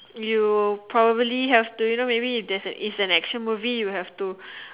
you probably have do you know maybe if is an action movie you will have to